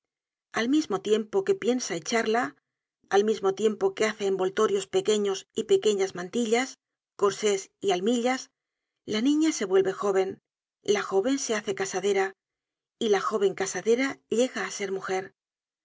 al mismo tiempo que piensa y charla al mismo tiempo que hace envoltorios pequeños y pequeñas mantillas corsés y almillas la niña se vuelve jóven la joven se hace casadera y la jóven casadera llega á ser mujer